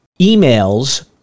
emails